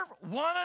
one